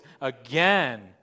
again